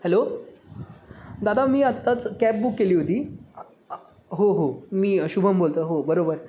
hello दादा मी आत्ताच कॅब बुक केली होती हो हो मी शुभम बोलतो हो बरोबर